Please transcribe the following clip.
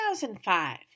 2005